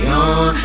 on